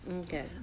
Okay